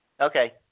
Okay